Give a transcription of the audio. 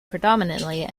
predominately